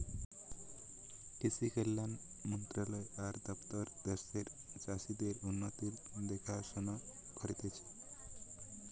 কৃষি কল্যাণ মন্ত্রণালয় আর দপ্তর দ্যাশের চাষীদের উন্নতির দেখাশোনা করতিছে